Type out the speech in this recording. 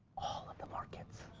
all of the markets.